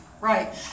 Right